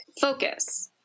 focus